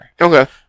Okay